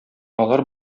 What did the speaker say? алар